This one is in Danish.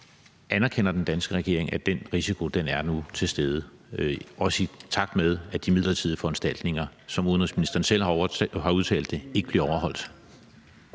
Anerkender den danske regering, at den risiko nu er til stede, også i takt med at de midlertidige foranstaltninger – som udenrigsministeren selv har udtalt – ikke bliver overholdt?